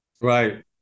right